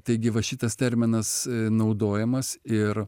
taigi va šitas terminas naudojamas ir